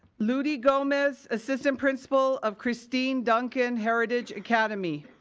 ludy gomez, assistant principal of christine duncan heritage academy.